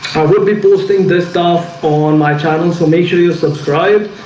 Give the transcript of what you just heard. i will be posting this stuff on my channel. and so make sure you subscribe.